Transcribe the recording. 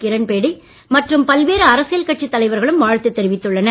கிரண் பேடி மற்றும் பல்வேறு அரசியல் கட்சித் தலைவர்களும் வாழ்த்து தெரிவித்துள்ளனர்